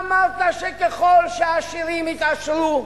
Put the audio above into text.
אמרת שככל שהעשירים יתעשרו,